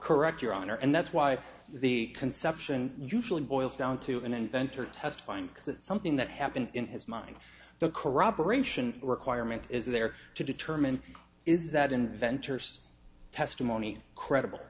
correct your honor and that's why the conception usually boils down to an inventor testifying because it's something that happened in his mind the corroboration requirement is there to determine if that inventors testimony credible